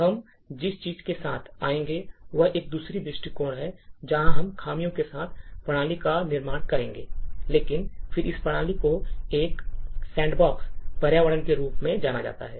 हम जिस चीज के साथ आएंगे वह एक दूसरा दृष्टिकोण है जहां हम खामियों के साथ प्रणाली का निर्माण करेंगे लेकिन फिर इस प्रणाली को एक सैंडबॉक्स पर्यावरण के रूप में जाना जाता है